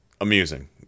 amusing